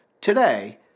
Today